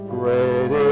great